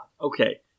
Okay